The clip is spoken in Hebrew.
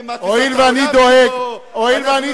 אתה יודע בדיוק מי אני.